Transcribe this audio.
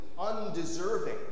undeserving